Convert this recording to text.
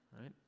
right